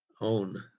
own